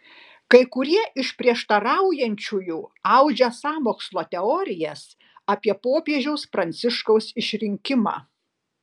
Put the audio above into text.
kai kurie iš prieštaraujančiųjų audžia sąmokslo teorijas apie popiežiaus pranciškaus išrinkimą